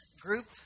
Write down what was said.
group